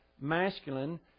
masculine